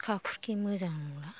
खुरखा खुरखि मोजां नंला